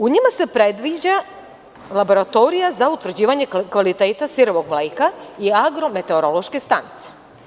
U njima se predviđa laboratorija za utvrđivanje kvaliteta sirovog mleka i agrometeorološke stanice.